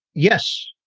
yes,